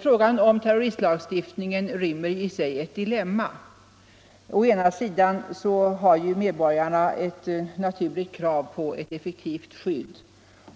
Frågan om terroristlagstiftningen rymmer i sig ett dilemma. Å ena sidan har ju medborgarna ett naturligt krav på effektivt skydd.